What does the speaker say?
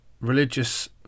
religious